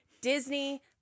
Disney